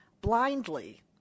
blindly